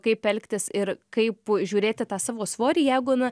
kaip elgtis ir kaip žiūrėti tą savo svorį jeigu na